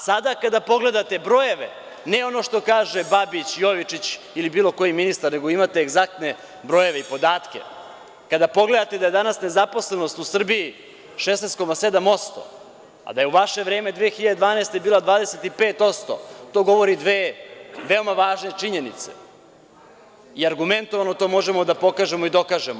Sada kada pogledate brojeve, ne ono što kaže Babić, Jovičić ili bilo koji ministar, nego imate egzaktne brojeve i podatke, kada pogledate da je danas nezaposlenost u Srbiji 16,7%, a da je u vaše vreme 2012. godine bila 25%, to govori dve veoma važne činjenice i argumentovano to možemo da pokažemo i dokažemo.